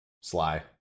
Sly